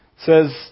says